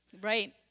right